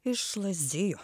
iš lazdijų